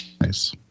Nice